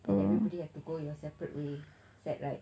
everybody have to go your separate way sad right